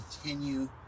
continue